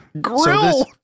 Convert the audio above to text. grill